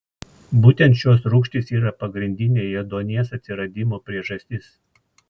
būtent šios rūgštys yra pagrindinė ėduonies atsiradimo priežastis